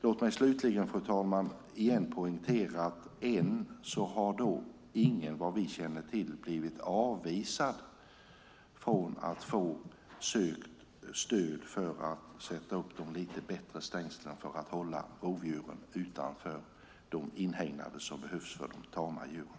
Låt mig slutligen åter poängtera att ingen ännu vad vi känner till har blivit avvisad från att få stöd för att sätta upp de lite bättre stängslen för att hålla rovdjuren utanför de inhägnader som behövs för de tama djuren.